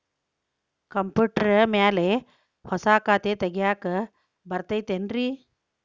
Computer ಮ್ಯಾಲೆ ಹೊಸಾ ಖಾತೆ ತಗ್ಯಾಕ್ ಬರತೈತಿ ಏನ್ರಿ?